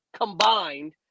combined